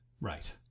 Right